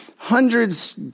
Hundreds